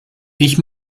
ich